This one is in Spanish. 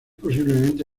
posiblemente